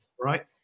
right